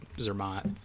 Zermatt